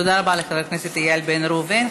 תודה רבה לחבר הכנסת איל בן ראובן.